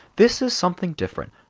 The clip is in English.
this is something different.